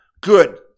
Good